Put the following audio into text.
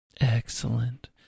Excellent